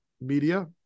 media